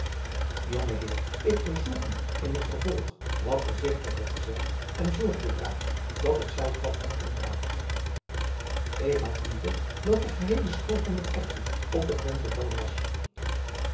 jonge heer ik verzoek u in het ver volg wat voorzigtiger te zijn en zorg te dragen dat het zoutvat niet omraakt ik had liever dat de geheele schotel met erwten op den grond gevallen was